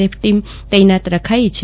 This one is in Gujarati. એફ ટીમ તૈનાત રખાઈ છે